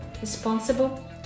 responsible